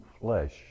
flesh